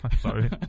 Sorry